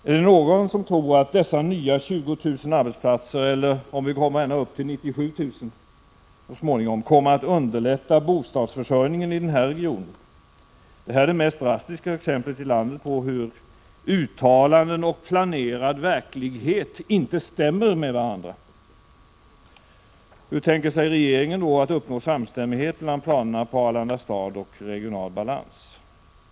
Är det någon som tror att de 20 000 nya arbetsplatserna, eller om det så småningom blir ända upp till 97 000, kommer att underlätta bostadsförsörjningen i den här regionen? Det här är det mest drastiska exemplet i landet på hur uttalanden och planerad verklighet inte stämmer överens. Hur tänker sig regeringen uppnå samstämmighet mellan planerna på Arlanda stad och regional balans?